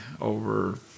over